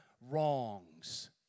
wrongs